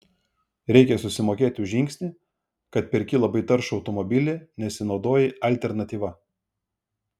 reikia susimokėti už žingsnį kad perki labai taršų automobilį nesinaudoji alternatyva